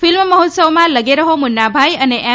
film મહોત્સવમાં લગે રહો મુન્ના ભાઈ અને એમ